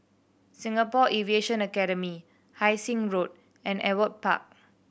Singapore Aviation Academy Hai Sing Road and Ewart Park